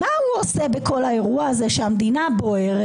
מה הוא עושה בכל האירוע הזה כשהמדינה בוערת?